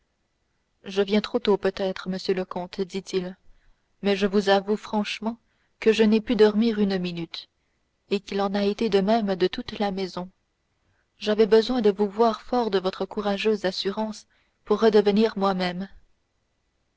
je viens trop tôt peut-être monsieur le comte dit-il mais je vous avoue franchement que je n'ai pu dormir une minute et qu'il en a été de même de toute la maison j'avais besoin de vous voir fort de votre courageuse assurance pour redevenir moi-même